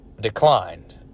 declined